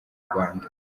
rwanda